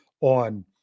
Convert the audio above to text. on